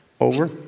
Over